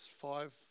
five